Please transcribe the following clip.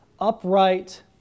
upright